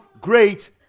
great